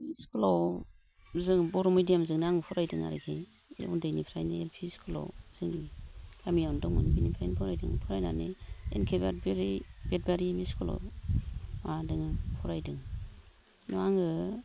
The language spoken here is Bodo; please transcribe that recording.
स्कुलाव जों बर' मिडियाम जोंनो आं फरायदों आरखि उन्दैनिफ्रायनो एल पि स्कुलाव जों गामियावनो दंमोन बेनिफ्रायनो फरायदों फरायनानै एन के देबगारिनि स्कुलाव माबादों फरायदों उनाव आङो